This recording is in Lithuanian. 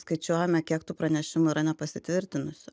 skaičiuojame kiek tų pranešimų yra nepasitvirtinusių